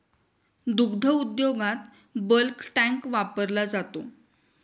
दुग्ध उद्योगात bulk tank वापरला जातो